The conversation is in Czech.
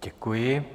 Děkuji.